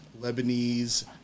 Lebanese